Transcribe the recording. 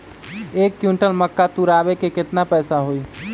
एक क्विंटल मक्का तुरावे के केतना पैसा होई?